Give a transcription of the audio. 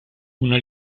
una